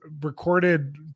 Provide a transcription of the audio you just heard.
recorded